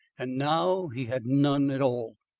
and now he had none at all.